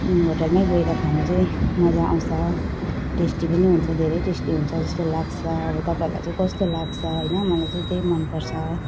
होटेलमै गएर खानु चाहिँ मजा आउँछ टेस्टी पनि हुन्छ धेरै टेस्टी हुन्छ जस्तो लाग्छ अब तपाईंँहरूलाई चाहिँ कस्तो लाग्छ हैन मलाई चाहिँ त्यही मन पर्छ